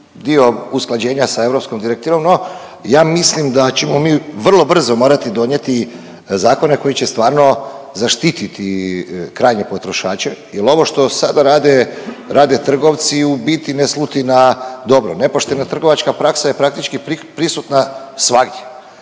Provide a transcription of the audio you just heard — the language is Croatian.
dio usklađenja sa europskom direktivom, no ja mislim da ćemo mi vrlo brzo morati donijeti zakone koji će stvarno zaštititi krajnje potrošače jel ovo što sada rade, rade trgovci u biti ne sluti na dobro. Nepoštena trgovačka praksa je praktički prisutna svagdje.